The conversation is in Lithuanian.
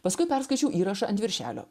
paskui perskaičiau įrašą ant viršelio